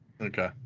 Okay